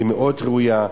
היא מאוד ראויה,